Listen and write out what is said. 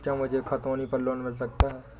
क्या मुझे खतौनी पर लोन मिल सकता है?